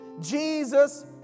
Jesus